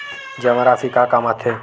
जमा राशि का काम आथे?